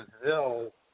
Brazil